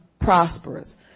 prosperous